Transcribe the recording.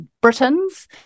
Britons